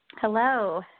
Hello